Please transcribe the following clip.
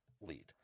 lead